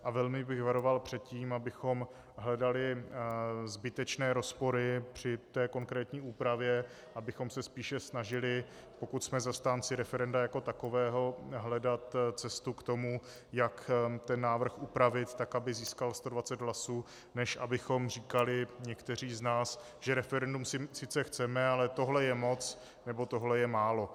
A velmi bych varoval před tím, abychom hledali zbytečné rozpory při konkrétní úpravě, abychom se spíše snažili, pokud jsme zastánci referenda jako takového, hledat cestu k tomu, jak návrh upravit, tak aby získal sto dvacet hlasů, než abychom říkali někteří z nás, že referendum sice chceme, ale tohle je moc nebo tohle je málo.